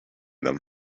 them